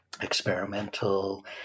experimental